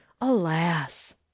alas